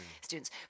students